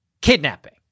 kidnapping